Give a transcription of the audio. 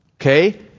Okay